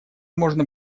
можно